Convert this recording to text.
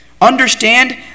understand